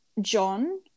John